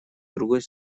другой